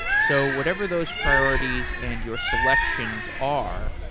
so whatever those priorities and your selections are,